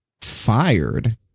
fired